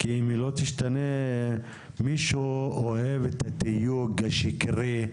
כי, אם היא לא תשתנה, מישהו אוהב את התיוג השקרי,